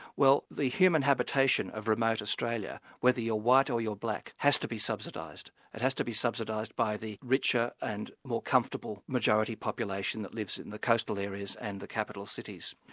well the human habitation of remote australia, whether you're white or you're black, has to be subsidised, it has to be subsidised by the richer and more comfortable majority population that lives in the coastal areas and the capital cities.